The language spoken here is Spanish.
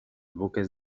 buques